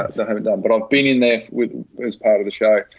ah i haven't done but i've been in there with as part of the show.